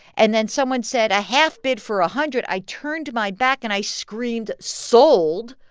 and then someone said, a half bid for a hundred. i turned my back and i screamed, sold,